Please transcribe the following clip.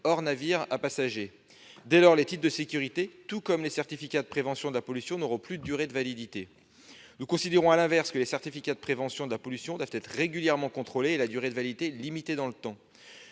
transport de passagers. Dès lors, les titres de sécurité, tout comme les certificats de prévention de la pollution, n'auront plus de durée de validité. Nous considérons à l'inverse que les certificats de prévention de la pollution doivent être régulièrement contrôlés et leur durée de validité limitée dans le temps.